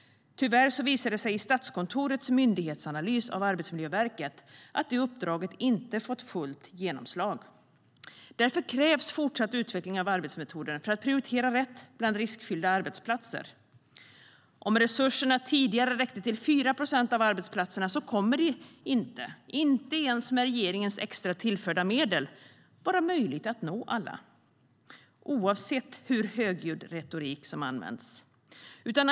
Tyvärr visade det sig i Statskontorets myndighetsanalys av Arbetsmiljöverket att uppdraget inte hade fått fullt genomslag. Därför krävs fortsatt utveckling av arbetsmetoder för att prioritera rätt bland riskfyllda arbetsplatser. Om resurserna tidigare räckte till 4 procent av arbetsplatserna kommer det inte - inte ens med regeringens extra tillförda medel - att vara möjligt att nå alla, oavsett hur högljudd retorik som används.